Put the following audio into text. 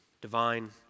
Divine